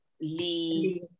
Lee